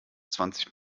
zwanzig